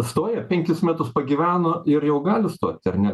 stoja penkis metus pagyveno ir jau gali stoti ar ne